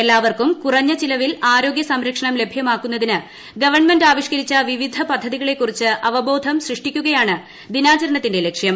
എല്ലാവർക്കും കുറഞ്ഞ ചിലവിൽ ആരോഗ്യ സംരക്ഷണം ലഭ്യമാക്കുന്നതിന് ്ഗീപ്പൺമെന്റ് ആവിഷ്കരിച്ച വിവിധ പദ്ധതികളെക്കുറിച്ച് അവബോർ സൃഷ്ടിക്കുകയാണ് ദിനാചരണത്തിന്റെ ലക്ഷ്യം